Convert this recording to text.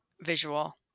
visual